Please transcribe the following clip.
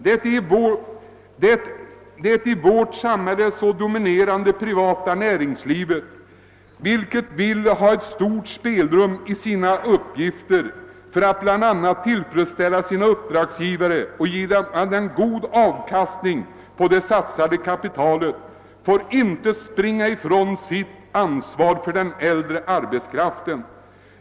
Det i vårt samhälle så dominerande privata näringslivet, vilket vill ha stort spelrum i sin verksamhet för att bl.a. tillfredsställa sina uppdragsgivare och ge god avkastning på det satsade kapitalet, får inte springa ifrån sitt ansvar för den äldre arbetskraften.